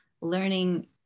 learning